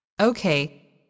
Okay